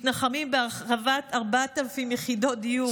מתנחמים בהרחבת 4,000 יחידות דיור.